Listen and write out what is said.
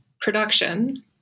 production